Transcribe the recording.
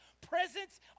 presence